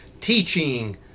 teaching